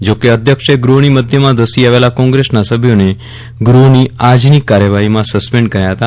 જોકે અધ્યક્ષે ગ્રહની મધ્યમાં ધસી આવેલા કોંગ્રેસના સભ્યોને ગ્રહની આજની કાર્યવાહીમાં સસ્પેન્ડ કર્યા હતા